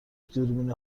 دوربین